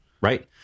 Right